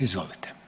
Izvolite.